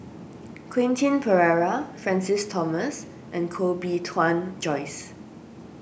Quentin Pereira Francis Thomas and Koh Bee Tuan Joyce